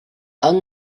yng